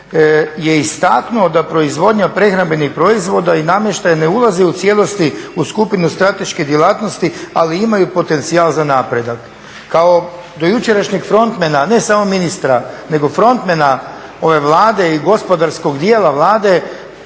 je istaknuo da proizvodnja prehrambenih proizvoda i namještaj ne ulaze u cijelosti u skupinu strateške djelatnosti, ali imaju potencijal za napredak. Kao do jučerašnjeg frontmena, ne samo ministra, nego frontmena ove Vlade i gospodarskog dijela Vlade,